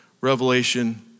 revelation